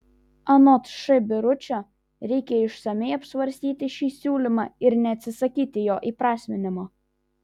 anot š biručio reikia išsamiai apsvarstyti šį siūlymą ir neatsisakyti jo įprasminimo